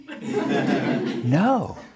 No